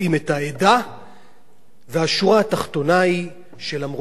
והשורה התחתונה היא שלמרות הזעם ובג"ץ